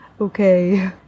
okay